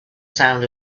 sound